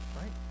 Right